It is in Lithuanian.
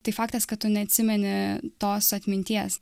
tai faktas kad tu neatsimeni tos atminties